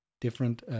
different